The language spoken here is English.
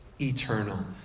eternal